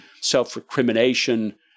self-recrimination